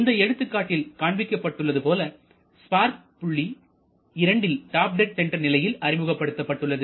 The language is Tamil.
இந்த எடுத்துக்காட்டில் காண்பிக்கப்பட்டுள்ளது போல ஸ்பார்க் புள்ளி 2ல் டாப் டெட் சென்டர் நிலையில் அறிமுகப்படுத்தப்பட்டுள்ளது